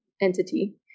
entity